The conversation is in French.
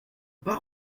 pars